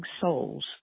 souls